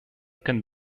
can